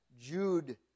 Jude